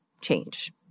change